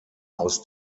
aus